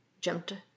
jumped